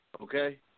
okay